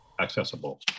accessible